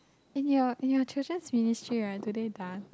and you're you're children's ministry right do they dance